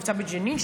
מבצע בג'נין,